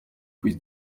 puisse